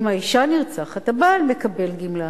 אם האשה נרצחת, הבעל מקבל גמלה.